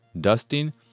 dusting